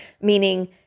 Meaning